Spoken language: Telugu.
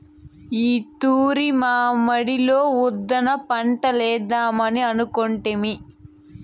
ఈ తూరి మా మడిలో ఉద్దాన పంటలేద్దామని అనుకొంటిమి